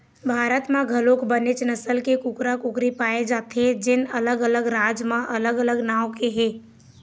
भारत म घलोक बनेच नसल के कुकरा, कुकरी पाए जाथे जेन अलग अलग राज म अलग अलग नांव के हे